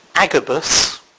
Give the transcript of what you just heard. Agabus